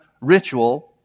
ritual